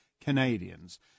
Canadians